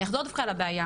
אני אחזור דווקא על הבעיה,